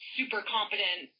super-competent